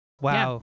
Wow